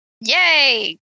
Yay